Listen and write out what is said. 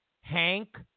Hank